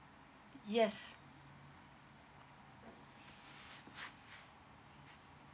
yes